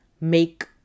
make